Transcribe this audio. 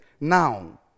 Now